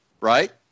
Right